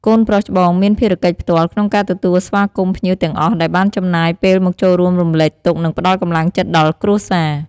កូនប្រុសច្បងមានភារកិច្ចផ្ទាល់ក្នុងការទទួលស្វាគមន៍ភ្ញៀវទាំងអស់ដែលបានចំណាយពេលមកចូលរួមរំលែកទុក្ខ និងផ្តល់កម្លាំងចិត្តដល់គ្រួសារ។